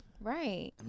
Right